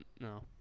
no